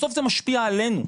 בסוף זה משפיע עלינו,